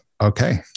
okay